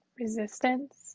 resistance